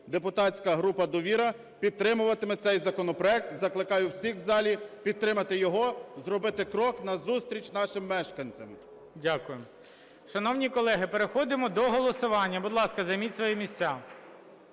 Депутатська група "Довіра" підтримуватиме цей законопроект. Закликаю всіх в залі підтримати його, зробити крок назустріч нашим мешканцям. ГОЛОВУЮЧИЙ. Дякую. Шановні колеги, переходимо до голосування. Будь ласка, займіть свої місця.